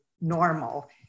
normal